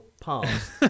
past